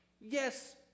Yes